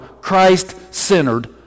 Christ-centered